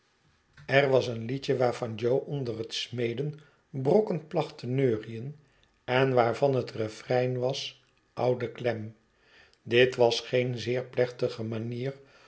er was een liedje waarvan jo onder het smeden brokken placht te neurien en waarvan het refrein was oude clem dit was geen zeer plechtige manier